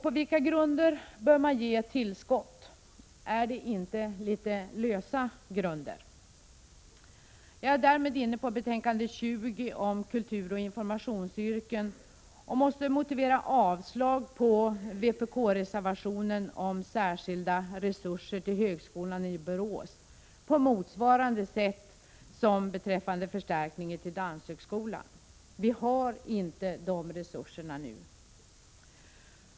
På vilka grunder bör man ge ett tillskott? Är det inte fråga om litet lösa grunder? Jag är därmed inne på betänkande 20 om kulturoch informationsyrken och måste motivera avslag på vpk-reservationen om särskilda resurser till högskolan i Borås på motsvarande sätt som beträffande förstärkningen till danshögskolan. Vi har inte dessa resurser nu.